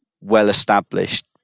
well-established